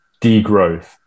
degrowth